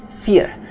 fear